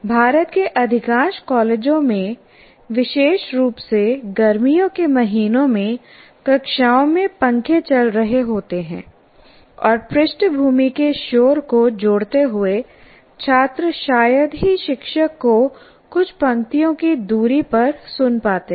भारत के अधिकांश कॉलेजों में विशेष रूप से गर्मियों के महीनों में कक्षाओं में पंखे चल रहे होते हैं और पृष्ठभूमि के शोर को जोड़ते हुए छात्र शायद ही शिक्षक को कुछ पंक्तियों की दूरी पर सुन पाते हैं